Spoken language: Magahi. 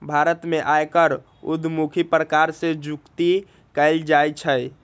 भारत में आयकर उद्धमुखी प्रकार से जुकती कयल जाइ छइ